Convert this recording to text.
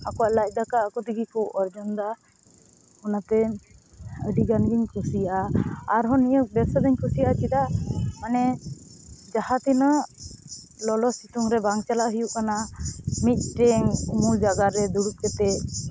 ᱟᱠᱚᱣᱟᱜ ᱞᱟᱡᱼᱫᱟᱠᱟ ᱟᱠᱚᱛᱮᱜᱮ ᱠᱚ ᱚᱨᱡᱚᱱ ᱮᱫᱟ ᱚᱱᱟᱛᱮ ᱟᱹᱰᱤᱜᱟᱱ ᱜᱤᱧ ᱠᱩᱥᱤᱭᱟᱜᱼᱟ ᱟᱨᱦᱚᱸ ᱱᱤᱭᱟᱹ ᱵᱮᱵᱽᱥᱟᱫᱩᱧ ᱠᱩᱥᱤᱭᱟᱜᱼᱟ ᱪᱮᱫᱟᱜ ᱢᱟᱱᱮ ᱡᱟᱦᱟᱸᱛᱤᱱᱟᱹᱜ ᱞᱚᱞᱚ ᱥᱤᱛᱩᱝᱨᱮ ᱵᱟᱝ ᱪᱟᱞᱟᱜ ᱦᱩᱭᱩᱜ ᱠᱟᱱᱟ ᱢᱤᱫᱴᱮᱱ ᱩᱢᱩᱞ ᱡᱟᱭᱜᱟᱨᱮ ᱫᱩᱲᱩᱵ ᱠᱟᱫᱮᱫ